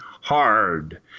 hard